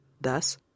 thus